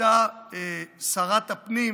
הייתה שרת הפנים,